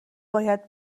باید